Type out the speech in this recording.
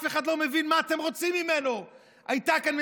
אף אחד לא מבין מה אתם רוצים ממנו.